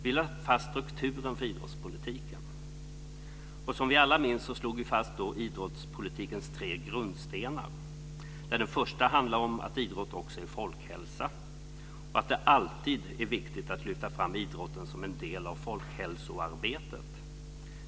Vi lade då fast strukturen för idrottspolitiken, och som alla minns slog vi fast idrottspolitiken tre grundstenar. Den första handlar om att idrott också är folkhälsa och att det alltid är viktigt att lyfta fram idrotten som en del av folkhälsoarbetet.